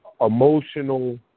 emotional